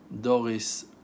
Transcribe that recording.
doris